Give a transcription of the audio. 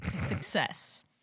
Success